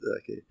Okay